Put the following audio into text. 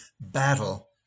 battle